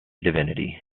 divinity